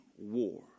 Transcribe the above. war